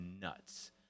nuts